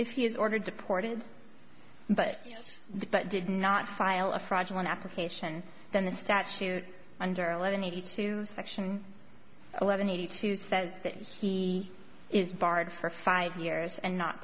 if he is ordered deported but the but did not file a fraudulent application than the statute under eleven eighty two section eleven eighty two says that he is barred for five years and not